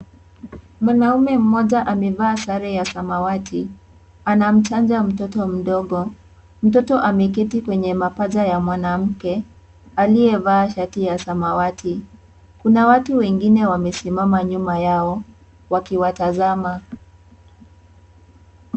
Mwanaume mmoja amevaa sare ya samawati anamchanja mtoto mdogo, mtoto ameketi kwenye mapaja ya mwanamke aliyevaa shati ya samawati, kuna watu wengine wamesimama nyuma yao wakiwatazama.